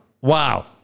Wow